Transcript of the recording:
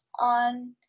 on